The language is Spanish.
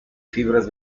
fibras